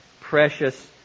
precious